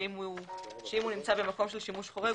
שאם הוא נמצא במקום של שימוש חורג,